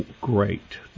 great